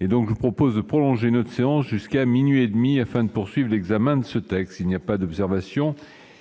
Je vous propose de prolonger notre séance jusqu'à minuit trente, afin de poursuivre l'examen de ce texte. Il n'y a pas d'observation